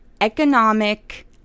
Economic